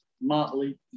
motley